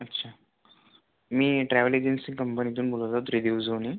अच्छा मी travel agency कंपनीतून बोलत आहे त्रिदेव सोहनी